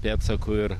pėdsakų ir